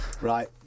Right